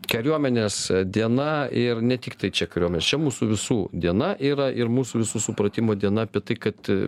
kariuomenės diena ir ne tiktai čia kariuomenės čia mūsų visų diena yra ir mūsų visų supratimo diena apie tai kad